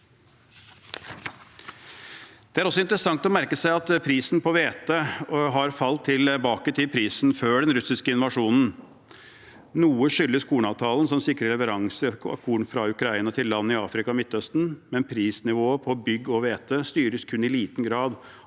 Det er også interessant å merke seg at prisen på hvete har falt tilbake til prisen før den russiske invasjonen. Noe skyldes kornavtalen, som sikrer leveranser av korn fra Ukraina til land i Afrika og Midtøsten, men prisnivået på bygg og hvete styres kun i liten grad